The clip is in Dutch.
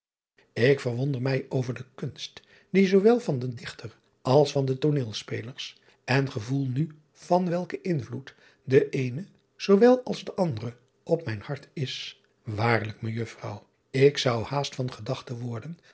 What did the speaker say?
k verwonder mij over de kunst die zoowel van den ichter als van de ooneelspelers en gevoel nu van driaan oosjes zn et leven van illegonda uisman welken invloed de eene zoowel als de andere op mijn hart is aarlijk ejuffrouw ik zou haast van gedachten worden